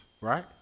right